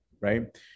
right